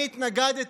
"אני התנגדתי,